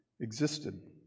existed